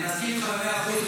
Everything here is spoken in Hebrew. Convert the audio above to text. אני מסכים איתך במאה אחוז,